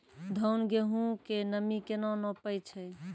धान, गेहूँ के नमी केना नापै छै?